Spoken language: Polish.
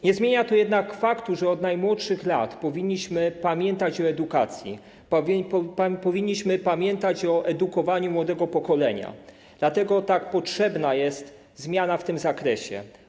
Nie zmienia to jednak faktu, że od najmłodszych lat powinniśmy pamiętać o edukacji, o edukowaniu młodego pokolenia, dlatego tak potrzebna jest zmiana w tym zakresie.